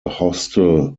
hostel